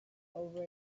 over